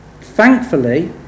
thankfully